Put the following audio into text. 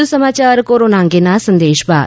વધુ સમાચાર કોરોના અંગેના આ સંદેશ બાદ